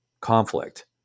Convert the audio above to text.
conflict